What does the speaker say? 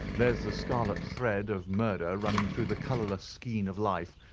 there's the scarlet thread of murder running through the colourless skein of life,